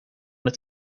het